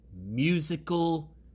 Musical